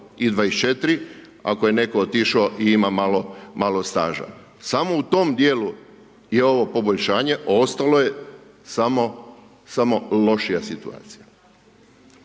i 24 ako je netko otišao i ima malo staža. Samo u tom dijelu je ovo poboljšanje, a ostalo je samo lošija situacija.